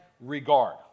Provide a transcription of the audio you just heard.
regard